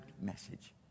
message